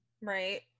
Right